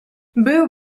był